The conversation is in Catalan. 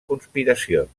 conspiracions